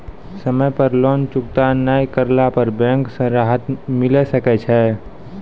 समय पर लोन चुकता नैय करला पर बैंक से राहत मिले सकय छै?